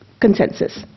consensus